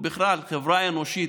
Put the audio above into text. ובכלל חברה אנושית,